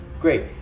Great